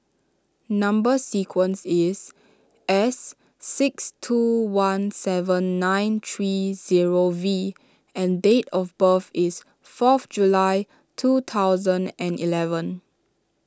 Number Sequence is S six two one seven nine three zero V and date of birth is fourth July two thousand and eleven